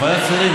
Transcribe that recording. ועדת השרים,